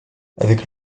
avec